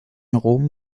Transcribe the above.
rom